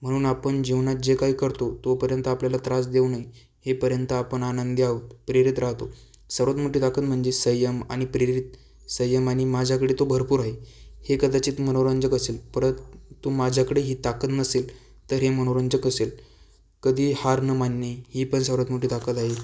म्हणून आपण जीवनात जे काही करतो तोपर्यंत आपल्याला त्रास देऊ नाही हेपर्यंत आपण आनंदी आहो प्रेरित राहतो सर्वात मोठी ताकद म्हणजे संयम आणि प्रेरित संयम आणि माझ्याकडे तो भरपूर आहे हे कदाचित मनोरंजक असेल परततु माझ्याकडे ही ताकद नसेल तर हे मनोरंजक असेल कधी हार न मानणे ही पण सर्वात मोठी ताकद आहे